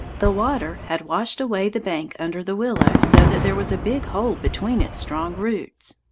the water had washed away the bank under the willow, so that there was a big hole between its strong roots.